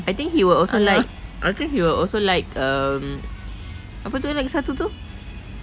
I think he will also like I think he will also like um apa tu lagi satu tu